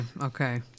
okay